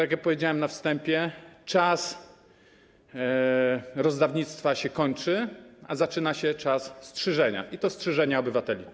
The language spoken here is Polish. Jak powiedziałem na wstępie, czas rozdawnictwa się kończy, a zaczyna się czas strzyżenia, i to strzyżenia obywateli.